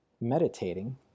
meditating